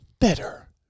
better